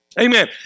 Amen